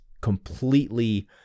completely